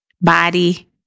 body